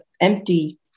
empty